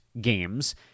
games